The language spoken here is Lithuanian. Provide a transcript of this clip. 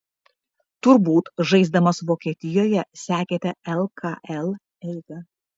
turbūt žaisdamas vokietijoje sekėte lkl eigą